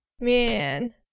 man